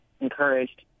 encouraged